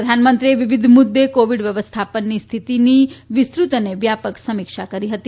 પ્રધાનમંત્રીએ વિવિધ મુદ્દે કોવિડ વ્યવસ્થાપનની સ્થિતિની વિસ્તૃત અને વ્યાપક સમીક્ષા કરી હતી